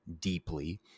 deeply